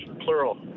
plural